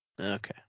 Okay